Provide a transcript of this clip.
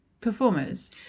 performers